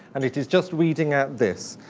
and it is just weeding out this.